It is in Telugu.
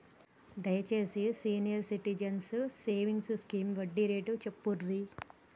దయచేసి సీనియర్ సిటిజన్స్ సేవింగ్స్ స్కీమ్ వడ్డీ రేటు చెప్పుర్రి